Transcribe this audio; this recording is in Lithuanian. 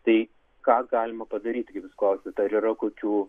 tai ką galima padaryti jūs klausiat ar yra kokių